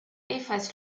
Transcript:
efface